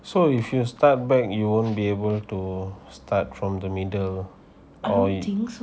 so you should start back you won't be able to start from the middle or you